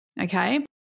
Okay